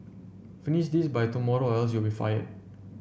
finish this by tomorrow or else you'll be fire